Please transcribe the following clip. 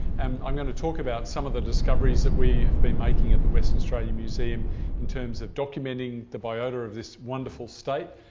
and i'm going to talk about some of the discoveries that we have been making at the western australian museum in terms of documenting the biota of this wonderful state,